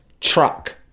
truck